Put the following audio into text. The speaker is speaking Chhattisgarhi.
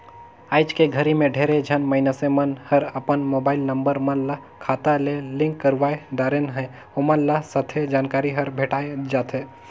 आइज के घरी मे ढेरे झन मइनसे मन हर अपन मुबाईल नंबर मन ल खाता ले लिंक करवाये दारेन है, ओमन ल सथे जानकारी हर भेंटाये जाथें